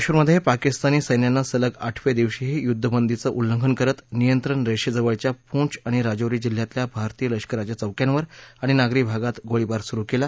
जम्मू कश्मीरमधे पाकिस्तानी सैन्यानं सलग आठव्या दिवशीही युद्धबंदीचं उल्लंघन करत नियंत्रण रेषेजवळच्या पूंछ आणि राजौरी जिल्ह्यातल्या भारतीय लष्कराच्या चौक्यांवर आणि नागरी भागात गोळीबार सुरू केला